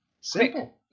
simple